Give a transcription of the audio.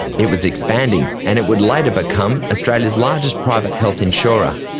it was expanding, and it would later become australia's largest private health insurer.